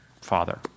father